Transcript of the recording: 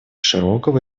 широкого